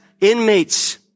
inmates